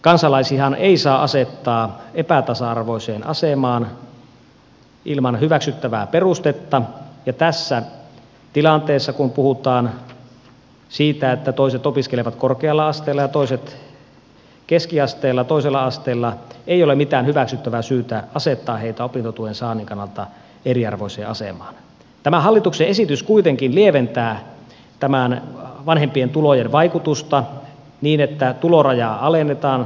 kansalaisiahan ei saa asettaa epätasa arvoiseen asemaan ilman hyväksyttävää perustetta ja tässä tilanteessa kun puhutaan siitä että toiset opiskelevat korkealla asteella ja toiset keskiasteella toisella asteella ei ole mitään hyväksyttävää syytä asettaa heitä opintotuen saannin kannalta eriarvoiseen asemaan tämä hallituksen esitys kuitenkin lieventää näiden vanhempien tulojen vaikutusta niin että tulorajaa alennetaan